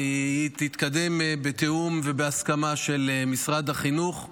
היא תתקדם בתיאום ובהסכמה של משרד החינוך.